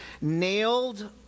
nailed